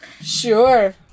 sure